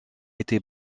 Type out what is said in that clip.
été